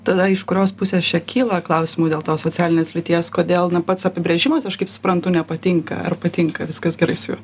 tada iš kurios pusės čia kyla klausimų dėl tos socialinės lyties kodėl na pats apibrėžimas aš kaip suprantu nepatinka ar patinka viskas gerai su juo